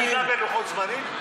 ראית עמידה בלוחות זמנים?